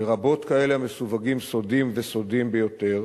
לרבות כאלה המסווגים סודיים וסודיים ביותר